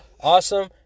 awesome